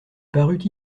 parut